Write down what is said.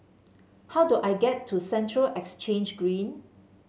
how do I get to Central Exchange Green